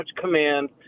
command